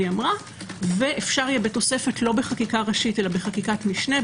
אמרה ואפשר יהיה בתוספת לא בחקירה ראשית אלא בחקיקת משנה,